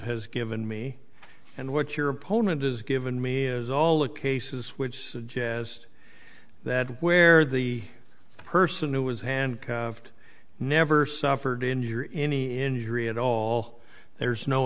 has given me and what your opponent has given me is all the cases which suggest that where the person who was handcuffed never suffered injury any injury at all there's no